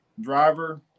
Driver